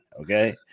Okay